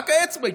רק האצבע התחלפה.